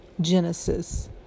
Genesis